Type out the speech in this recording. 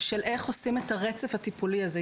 של איך עושים את הרצף הטיפולי הזה.